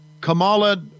Kamala